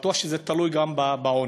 ובטוח שזה תלוי, גם בעוני,